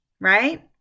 right